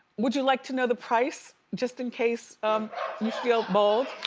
would you like to know the price? just in case you feel bold?